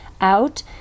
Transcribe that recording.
out